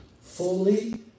fully